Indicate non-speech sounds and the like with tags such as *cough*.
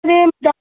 *unintelligible*